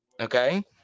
okay